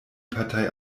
partei